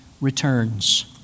returns